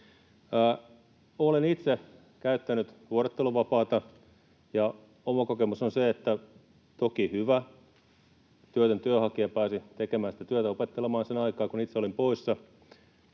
Olen itse käyttänyt vuorotteluvapaata, ja oma kokemus on se, että toki hyvä työtön työnhakija pääsi tekemään sitä työtä, opettelemaan sen aikaa, kun itse olin poissa.